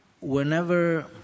Whenever